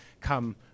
come